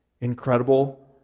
incredible